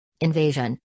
Invasion